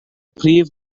prif